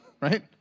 right